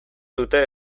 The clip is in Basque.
dute